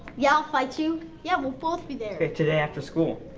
yeah, i'll fight you. yeah, we'll both be there. good, today after school.